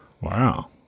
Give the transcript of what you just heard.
Wow